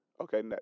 Okay